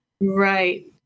Right